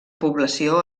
població